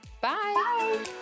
Bye